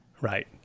Right